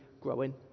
growing